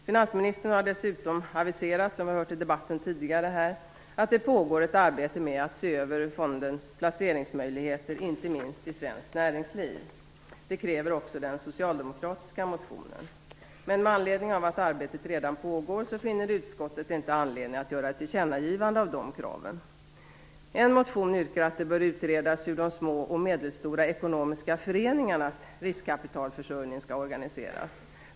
Finansministern har dessutom aviserat, som vi har hört i debatten tidigare, att det pågår ett arbete med att se över fondens placeringsmöjligheter, inte minst i svenskt näringsliv. Det kräver också den socialdemokratiska motionen. Men med anledning av att arbetet redan pågår finner utskottet inte anledning att göra ett tillkännagivande av de kraven. En motion yrkar att det bör utredas hur de små och medelstora ekonomiska föreningarnas riskkapitalsförsöjning skall organiseras.